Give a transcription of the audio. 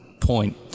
point